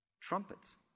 trumpets